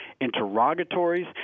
interrogatories